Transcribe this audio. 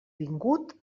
vingut